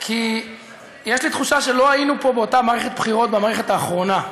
כי יש לי תחושה שלא היינו פה באותה מערכת בחירות במערכת האחרונה.